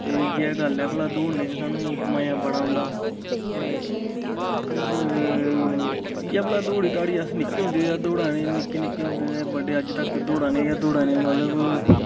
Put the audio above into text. ओह् इयै गल्ल ऐ भला दौड़ने च सानू मजा बड़ा औंदा ते और इयै भला दौड़ी दाड़ी अस निक्के होंदे अस दौड़ा ने निक्के निक्के होदे ते अजें तक दौड़ा ने गै दौड़ा ने मतलब